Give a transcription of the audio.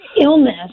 illness